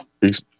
Peace